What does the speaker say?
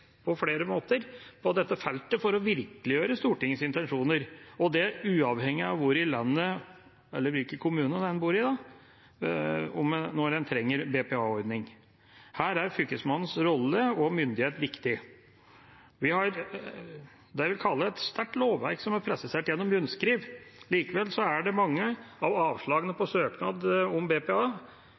på flere måter, på dette feltet for å virkeliggjøre Stortingets intensjoner – og det uavhengig av hvilken kommune en bor i når en trenger BPA-ordning. Her er Fylkesmannens rolle og myndighet viktig. Vi har det jeg vil kalle et sterkt lovverk, som er presisert gjennom rundskriv. Likevel er mange av avslagene på søknad om BPA